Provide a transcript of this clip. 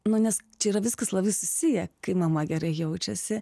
nu nes čia yra viskas labai susiję kai mama gerai jaučiasi